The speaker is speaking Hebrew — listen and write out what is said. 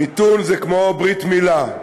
מיתון זה כמו ברית מילה,